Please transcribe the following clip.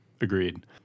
Agreed